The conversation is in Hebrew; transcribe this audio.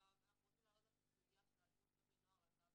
ואנחנו רוצים להעלות את הסוגיה של אלימות כלפי נוער להט"ב